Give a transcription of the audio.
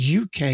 UK